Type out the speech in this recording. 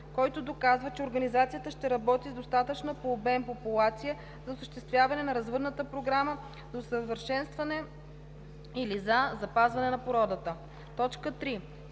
който доказва, че организацията ще работи с достатъчна по обем популация за осъществяване на развъдната програма за усъвършенстване или за запазване на породата; 3.